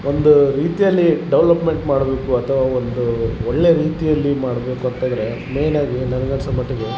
ಒಂದು ರೀತಿಯಲ್ಲಿ ಡವಲಪ್ಮೆಂಟ್ ಮಾಡಬೇಕು ಅಥವ ಒಂದು ಒಳ್ಳೇ ರೀತಿಯಲ್ಲಿ ಮಾಡಬೇಕು ಅಂತ ಇದ್ರೆ ಮೇನಾಗಿ ನನಗೆ ಅನ್ಸೋ ಮಟ್ಟಿಗೆ